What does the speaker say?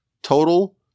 Total